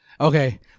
Okay